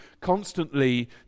constantly